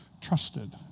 trusted